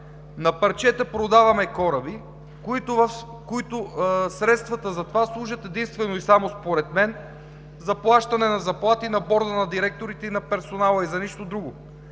На парчета продаваме кораби, от които средствата служат единствено и само според мен за плащане на заплати на борда на директорите и на персонала и за нищо друго!